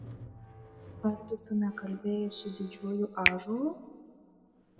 argi tu nekalbėjai su didžiuoju ąžuolu